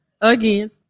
Again